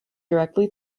directly